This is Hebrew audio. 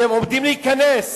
והם עומדים להיכנס,